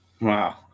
wow